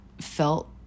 felt